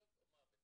נכויות או מוות.